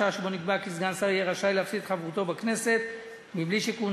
אנחנו עוברים לסעיף הבא: הסמכת ועדת